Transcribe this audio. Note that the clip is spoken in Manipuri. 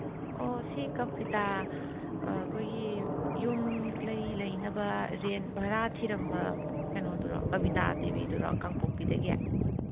ꯑꯣ ꯁꯤ ꯀꯕꯤꯇꯥ ꯑꯩꯈꯣꯏꯒꯤ ꯌꯨꯝ ꯀꯩ ꯂꯩꯅꯕ ꯔꯦꯟꯠ ꯚꯔꯥ ꯊꯤꯔꯝꯕ ꯀꯩꯅꯣꯗꯨꯔꯣ ꯀꯕꯤꯇꯥ ꯗꯦꯕꯤꯗꯨꯔꯣ ꯀꯥꯡꯄꯣꯛꯄꯤꯗꯒꯤ